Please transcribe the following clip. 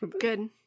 Good